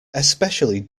especially